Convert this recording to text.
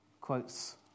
quotes